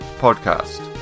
Podcast